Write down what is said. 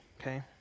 okay